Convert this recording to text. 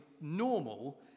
normal